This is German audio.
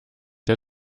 der